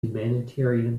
humanitarian